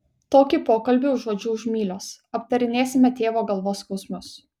tokį pokalbį užuodžiu už mylios aptarinėsime tėvo galvos skausmus